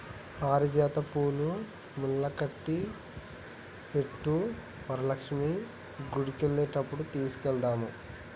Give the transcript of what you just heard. పారిజాత పూలు మాలకట్టి పెట్టు వరలక్ష్మి గుడికెళ్లేటప్పుడు తీసుకెళదాము